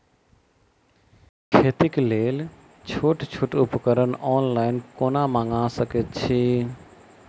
खेतीक लेल छोट छोट उपकरण ऑनलाइन कोना मंगा सकैत छी?